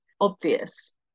obvious